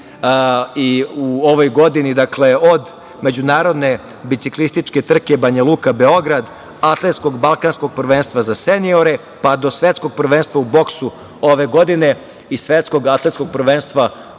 50 u ovoj godini. Dakle od Međunarodne biciklističke trke Banja Luka – Beograd, Atletskog Balkanskog prvenstva za seniore, pa do Svetskog prvenstva u boksu ove godine i Svetskog atletskog prvenstva